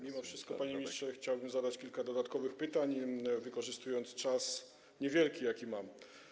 Mimo wszystko, panie ministrze, chciałbym zadać kilka dodatkowych pytań, wykorzystując niedługi czas, jaki mam.